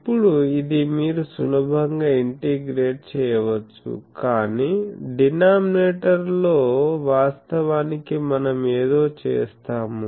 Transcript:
ఇప్పుడు ఇది మీరు సులభంగా ఇంటిగ్రేట్ చేయవచ్చు కాని డీనామినేటర్ లో వాస్తవానికి మనం ఏదో చేస్తాము